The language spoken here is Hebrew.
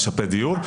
משפר דיור,